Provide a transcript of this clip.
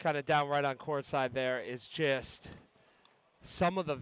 kind of down right on courtside there is just some of the